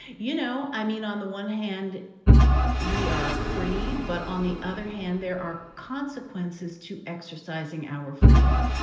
you know, i mean, on the one hand we are free but on the other hand there are consequences to exercising our freedom,